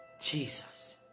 Jesus